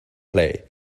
play